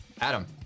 Adam